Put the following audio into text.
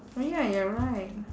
oh ya you're right